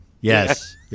Yes